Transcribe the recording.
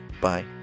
Bye